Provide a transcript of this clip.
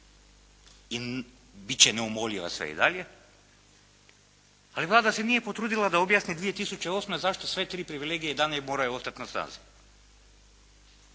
i bit će neumoljiva sve i dalje, ali Vlada se nije potrudila da objasni 2008. zašto sve tri privilegije i dalje moraju ostati na snazi.